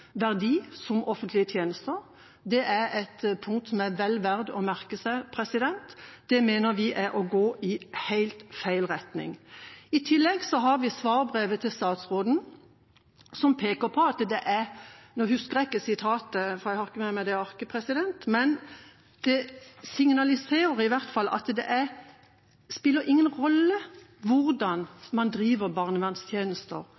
verdi som offentlige tjenester. Det er et punkt som er vel verdt å merke seg. Dette mener vi er å gå i helt feil retning. I tillegg har vi svarbrevet til statsråden. Nå husker jeg ikke sitatet, for jeg har ikke med meg det arket, men det signaliserer i hvert fall at det spiller ingen rolle hvordan man driver barnevernstjenester for de mest sårbare barna vi har i Norge. Det spiller ingen rolle